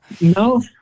No